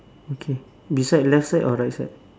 okay beside left side or right side